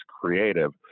creative